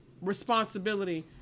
responsibility